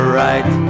right